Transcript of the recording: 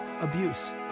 abuse